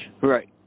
Right